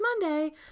Monday